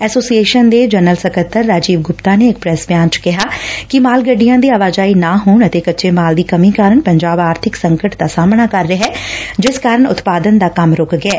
association ਦੇ general ਸਕੱਤਰ ਰਾਜੀਵ ਗੁਪਤਾ ਨੇ ਇਕ ਪ੍ਰੈਸ ਬਿਆਨ ਚ ਕਿਹਾ ਕਿ ਮਾਲ ਗੱਡੀਆਂ ਦੀ ਆਵਾਜਾਈ ਨਾ ਹੋਣ ਅਤੇ ਕੱਚੇ ਮਾਲ ਦੀ ਕਮੀ ਕਾਰਨ ਪੰਜਾਬ ਆਰਬਿਕ ਸੰਕਟ ਦਾ ਸਾਹਮਣਾ ਕਰ ਰਿਹੈ ਜਿਸ ਕਾਰਨ ਉਤਪਾਦਨ ਦਾ ਕੰਮ ਰੁਕ ਗਿਐ